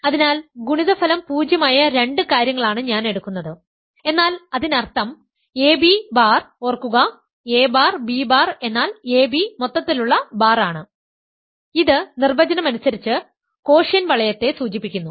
അതിനാൽ ഗുണിതഫലം പൂജ്യമായ രണ്ട് കാര്യങ്ങളാണ് ഞാൻ എടുക്കുന്നത് എന്നാൽ അതിനർത്ഥം ab ബാർ ഓർക്കുക a ബാർ b ബാർ എന്നാൽ ab മൊത്തത്തിലുള്ള ബാർ ആണ് ഇത് നിർവചനമനുസരിച്ച് കോഷ്യന്റ് വലയത്തെ സൂചിപ്പിക്കുന്നു